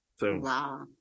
Wow